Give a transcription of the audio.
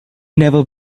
never